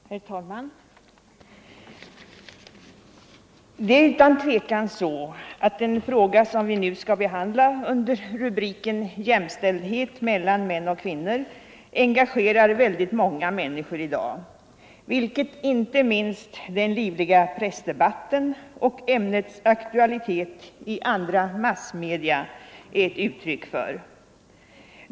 Herr talman! Det är utan tvekan så att den fråga vi nu skall behandla under rubriken Jämställdhet mellan män och kvinnor engagerar väldigt många människor i dag, vilket inte minst den livliga pressdebatten och ämnets aktualitet i andra massmedia är ett uttryck för.